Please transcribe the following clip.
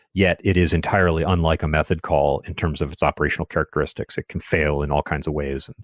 yet, it is entirely unlike a method call in terms of its operational characteristics. it can fail in all kinds of ways. and